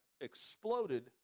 exploded